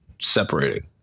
separated